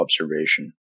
observation